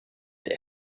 they